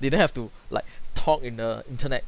they don't have to like talk in the internet